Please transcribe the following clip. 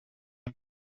him